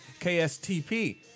KSTP